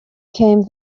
came